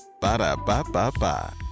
Ba-da-ba-ba-ba